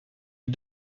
est